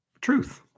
truth